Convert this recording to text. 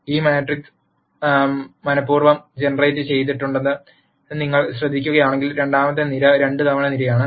ഈ മാട്രിക്സ് മന ib പൂർവ്വം ജനറേറ്റുചെയ് തിട്ടുണ്ടെന്ന് നിങ്ങൾ ശ്രദ്ധിക്കുകയാണെങ്കിൽ രണ്ടാമത്തെ നിര രണ്ടുതവണ നിരയാണ്